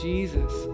Jesus